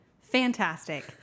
fantastic